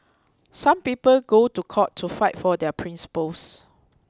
some people go to court to fight for their principles